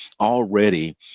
already